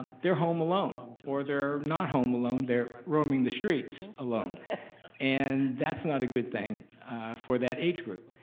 they're home alone or they're not home alone they're roaming the streets alone and that's not a good thing for that age group.